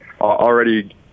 already